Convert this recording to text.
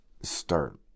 start